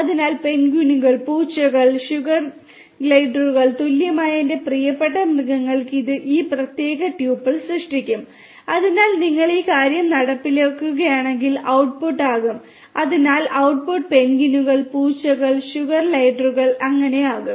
അതിനാൽ പെൻഗ്വിനുകൾ പൂച്ചകൾ ഷുഗർഗ്ലൈഡറുകൾക്ക് തുല്യമായ എന്റെ പ്രിയപ്പെട്ട മൃഗങ്ങൾ ഇത് ഈ പ്രത്യേക ട്യൂപ്പിൾ സൃഷ്ടിക്കും അതിനാൽ നിങ്ങൾ ഈ കാര്യം നടപ്പിലാക്കുകയാണെങ്കിൽ ഔട്ട്ട്ട്പുട്ട് ആകും അതിനാൽ ഔട്ട്ട്ട്പുട്ട് പെൻഗ്വിനുകൾ പൂച്ചകൾ ഷുഗർലൈഡറുകൾ ആകും